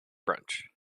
brunch